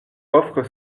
offres